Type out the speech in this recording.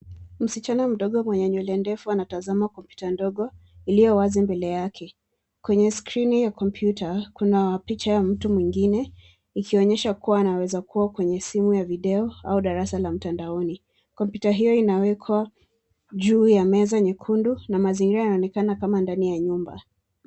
Msichana mdogo mwenye nywele ndefu anatazama kompyuta ndogo iliyo wazi mbele yake. Kwenye skrini ya kompyuta kuna picha ya mtu mwingine ikionyesha kuwa anaweza kuwa kwenye simu ya video au darasa la mtandaoni. Kompyuta hiyo imewekwa juu ya meza nyekundu na mazingira yanaonekana kama ndani ya nyumba.